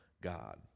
God